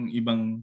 ibang